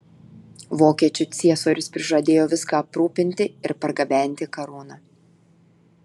vokiečių ciesorius prižadėjo viską aprūpinti ir pergabenti karūną